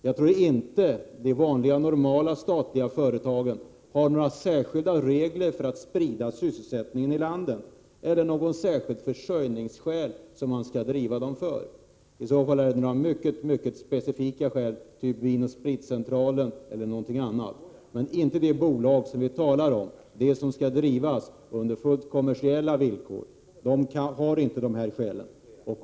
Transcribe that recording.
Jag tror inte att de vanliga normala statliga företagen har några särskilda regler för att sprida sysselsättningen i landet eller att det finns några särskilda försörjningsskäl som man skall driva dem för. I så fall är det mycket mycket specifika skäl, som i fallet Vinoch Spritcentralen. För de bolag som vi talar om, de som skall drivas under fullt kommersiella villkor, finns inte de skälen.